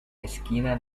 esquina